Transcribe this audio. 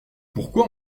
pourquoi